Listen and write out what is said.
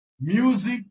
Music